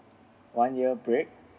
one year break